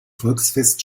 volksfest